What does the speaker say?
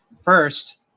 first